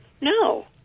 No